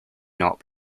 not